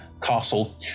castle